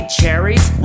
cherries